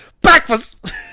Breakfast